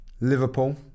Liverpool